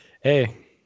hey